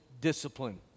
discipline